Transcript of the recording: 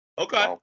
Okay